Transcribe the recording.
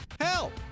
Help